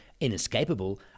inescapable